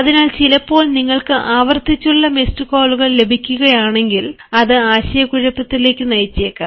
അതിനാൽ ചിലപ്പോൾ നിങ്ങൾക്ക് ആവർത്തിച്ചുള്ള മിസ്ഡ് കോളുകൾ ലഭിക്കുകയാണെങ്കിൽ അത് ആശയക്കുഴപ്പത്തിലേക്ക് നയിച്ചേക്കാം